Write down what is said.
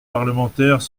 parlementaires